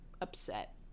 upset